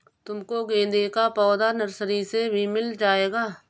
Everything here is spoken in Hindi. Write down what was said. तुमको गेंदे का पौधा नर्सरी से भी मिल जाएगा